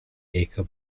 acre